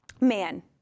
man